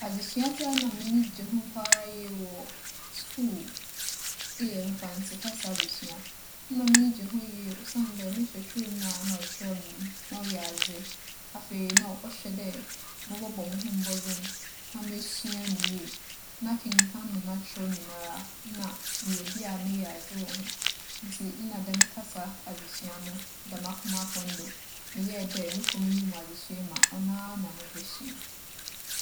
Adzesuadze a nna m'enyi gye ho paa ara yie wͻ skuul eyɛ Mfantse kasa adzesua. Na m'enyi gye ho yie osiandɛ me kyerɛkyerɛnyi a na ͻkyerɛ me no, na ͻyɛ adze. Afei na ͻhwɛ dɛ mobͻbͻ moho mbͻdzen na mesua no yie. N'akenkan na n'akyerɛw nyina na meyɛ obi a meyɛ adze wͻ ho ntsi nna dɛm kasa adzesua no da m'akoma pon do. Meyɛɛ dɛ mokͻ m'enyim wͻ adzesua mu a ͻnoara na mubosua.